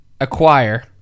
acquire